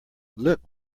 look